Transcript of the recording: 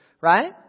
Right